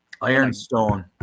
Ironstone